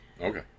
Okay